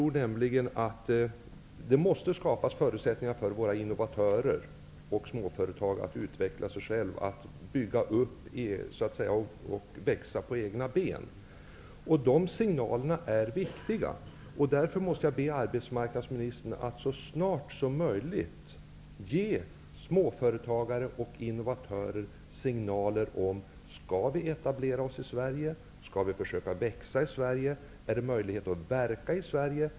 Inom Ny demokrati tror vi att det måste skapas förutsättningar för våra innovatörer och småföretag att utvecklas och växa av egen kraft. De signalerna är viktiga. Jag måste därför be arbetsmarknadsministern att så snart som möjligt ge småföretagare och innovatörer signaler så att de kan ta ställning till frågor som: Skall vi etablera oss i Sverige? Skall vi försöka växa i Sverige? Är det möjligt att verka i Sverige.